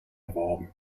erworben